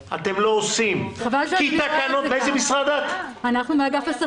ולהגיד: אנחנו משלמים את דמי הבידוד מהיום